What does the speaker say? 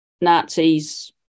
Nazis